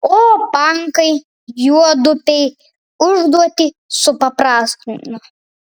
o pankai juodupei užduotį supaprastino